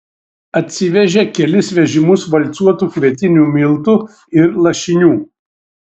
atsivežė kelis vežimus valcuotų kvietinių miltų ir lašinių